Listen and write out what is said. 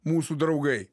mūsų draugai